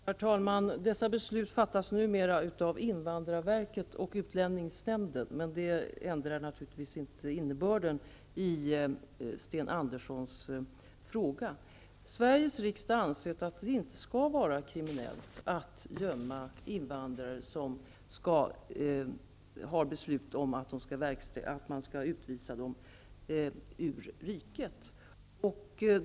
Herr talman! Dessa beslut fattas numera av invandrarverket och utlänningsnämnden, men det ändrar naturligtvis inte innebörden i Sten Anderssons i Malmö fråga. Sveriges riksdag har ansett att det inte skall vara kriminellt att gömma invandrare som har fått ett beslut om att de skall utvisas ur riket.